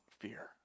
fear